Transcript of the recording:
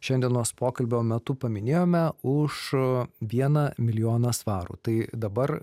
šiandienos pokalbio metu paminėjome už vieną milijoną svarų tai dabar